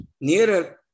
nearer